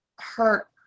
hurt